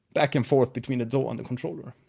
back and forth between daw and controller.